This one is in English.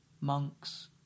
monks